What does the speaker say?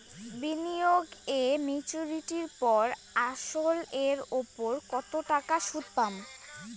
বিনিয়োগ এ মেচুরিটির পর আসল এর উপর কতো টাকা সুদ পাম?